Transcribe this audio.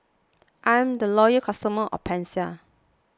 I'm a loyal customer of Pansy